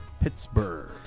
Pittsburgh